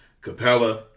Capella